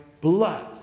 blood